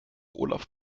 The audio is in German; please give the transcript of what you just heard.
olaf